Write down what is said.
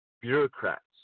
bureaucrats